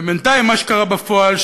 ובינתיים, מה שקרה בפועל,